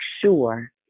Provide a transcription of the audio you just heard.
sure